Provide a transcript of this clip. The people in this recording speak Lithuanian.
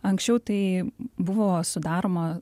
anksčiau tai buvo sudaroma